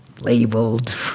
labeled